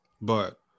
but-